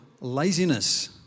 laziness